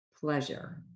pleasure